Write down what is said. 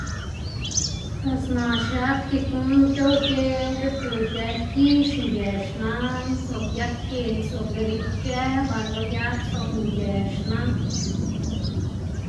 bes naꞌ xiab gikná c̲h̲ow geꞌw diꞌt yu ic̲h̲ë gix ngë xna zob yag geꞌc̲h̲ zob dela ic̲h̲ë ba lo yag zob ngë xna.